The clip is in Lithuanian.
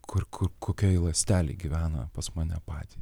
kur kur kokioje ląstelė gyvena pas mane patį